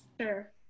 Sure